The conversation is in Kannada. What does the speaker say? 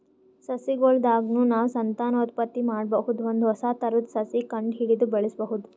ಸಸಿಗೊಳ್ ದಾಗ್ನು ನಾವ್ ಸಂತಾನೋತ್ಪತ್ತಿ ಮಾಡಬಹುದ್ ಒಂದ್ ಹೊಸ ಥರದ್ ಸಸಿ ಕಂಡಹಿಡದು ಬೆಳ್ಸಬಹುದ್